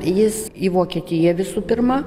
jis į vokietiją visų pirma